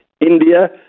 India